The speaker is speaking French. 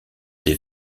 des